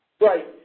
Right